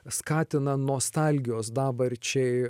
skatina nostalgijos dabarčiai